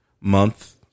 month